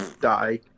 Die